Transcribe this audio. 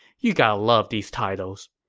you gotta love these titles.